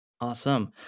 Awesome